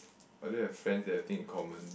I don't have friends that have thing in common